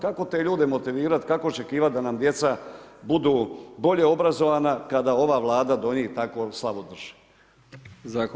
Kako te ljude motivirati, kako očekivati da nam djeca budu bolje obrazovana kada ova Vlada do njih tako slabo drži.